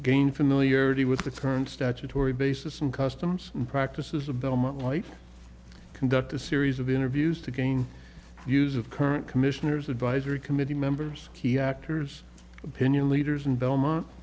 again familiarity with the current statutory basis and customs and practices of belmont white conduct a series of interviews to gain use of current commissioners advisory committee members key actors opinion leaders in belmont